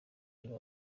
uba